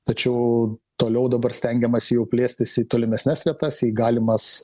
tačiau toliau dabar stengiamasi jau plėstis į tolimesnes vietas į galimas